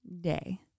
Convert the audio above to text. day